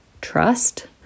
trust